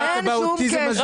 אין שום קשר.